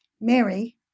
Mary